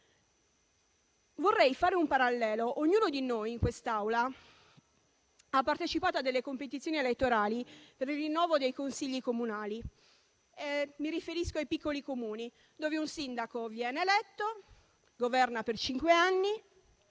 Vorrei fare un parallelo: ognuno di noi in quest'Aula ha partecipato a delle competizioni elettorali per il rinnovo dei consigli comunali. Mi riferisco ai piccoli Comuni, dove un sindaco viene eletto, governa per cinque anni